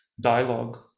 dialogue